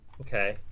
Okay